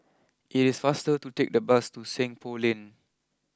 it is faster to take the bus to Seng Poh Lane